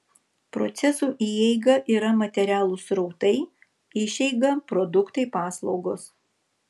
procesų įeiga yra materialūs srautai išeiga produktai paslaugos